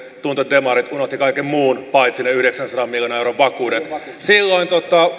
että demarit unohtivat kaiken muun paitsi ne yhdeksänsadan miljoonan euron vakuudet silloin